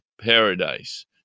paradise